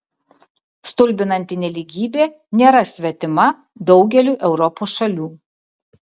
stulbinanti nelygybė nėra svetima daugeliui europos šalių